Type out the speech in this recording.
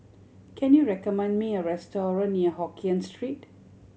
can you recommend me a restaurant near Hokien Street